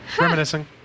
Reminiscing